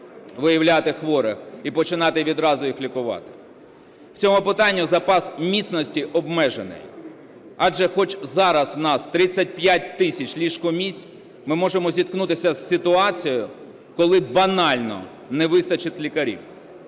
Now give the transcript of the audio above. виявляти хворих і починати відразу їх лікувати. В цьому питанні запас міцності обмежений, адже хоч зараз у нас 35 тисяч ліжко-місць, ми можемо зіткнутися з ситуацією, коли банально не вистачить лікарів.